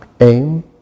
Aim